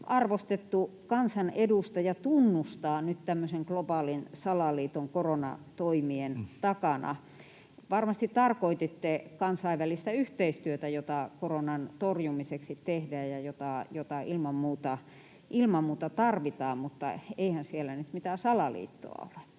arvostettu kansanedustaja tunnustaa nyt tämmöisen globaalin salaliiton koronatoimien takana. Varmasti tarkoititte kansainvälistä yhteistyötä, jota koronan torjumiseksi tehdään ja jota ilman muuta tarvitaan, mutta eihän siellä nyt mitään salaliittoa ole.